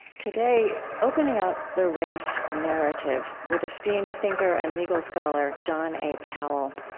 today, opening up the race narrative with esteemed thinker and legal scholar, john a. powell.